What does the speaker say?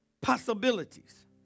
possibilities